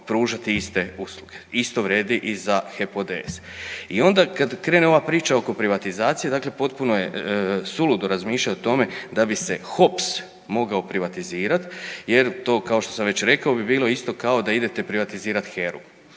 pružati iste usluge. Isto vrijedi i za HEP ODS. I onda kad krene ova priča oko privatizacije, dakle potpuno je suludo razmišljat o tome da bi se HOPS mogao privatizirat jer to kao što sam već rekao bi bilo isto kao da idete privatizirat HERA-u